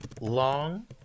long